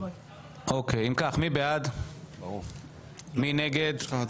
מי בעד, מי נגד, מי נמנע?